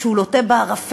שהוא לוט בערפל,